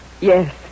Yes